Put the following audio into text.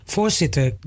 Voorzitter